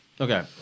Okay